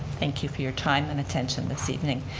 thank you for your time and attention this evening.